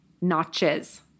notches